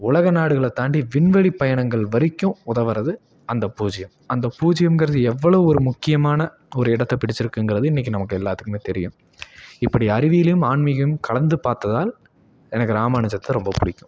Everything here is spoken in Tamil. உலக நாடுகளை தாண்டி விண்வெளி பயணங்கள் வரைக்கும் உதவுறது அந்த பூஜியம் அந்த பூஜியம்ங்குறது எவ்வளோ ஒரு முக்கியமான ஒரு இடத்தை பிடிச்சிருக்குங்கிறது இன்றைக்கி நமக்கு எல்லாத்துக்குமே தெரியும் இப்படி அறிவியலையும் ஆன்மீகமும் கலந்து பார்த்ததால் எனக்கு ராமானுஜத்தை ரொம்ப பிடிக்கும்